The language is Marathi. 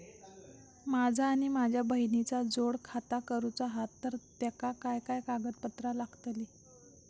माझा आणि माझ्या बहिणीचा जोड खाता करूचा हा तर तेका काय काय कागदपत्र लागतली?